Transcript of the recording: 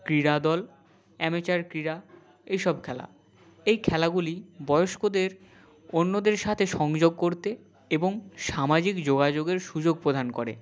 ক্রীড়াদল amateur ক্রীড়া এইসব খেলা এই খেলাগুলি বয়স্কদের অন্যদের সাথে সংযোগ করতে এবং সামাজিক যোগাযোগের সুযোগ প্রদান করে